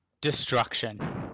Destruction